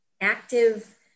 active